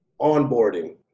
onboarding